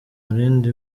umurindi